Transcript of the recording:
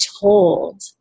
told